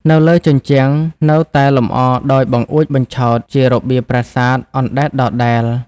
នៅលើ ជញ្ជាំងនៅតែលម្អដោយ បង្អួចបញ្ឆោត ជារបៀបប្រាសាទអណ្តែតដដែល។